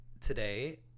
today